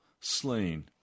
slain